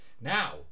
Now